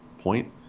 point